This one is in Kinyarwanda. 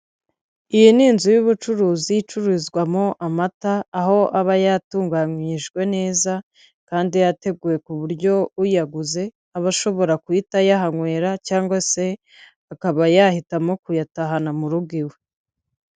Iyi ni inzu y'ubucuruzi icururizwamo amata, aho aba yatunganyijwe neza kandi yateguwe ku buryo uyaguze aba ashobora kuhita yahanywera cyangwa se akaba yahitamo kuyatahana mu rugo iwe.